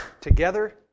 together